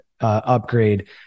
upgrade